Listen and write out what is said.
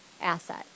asset